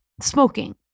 smoking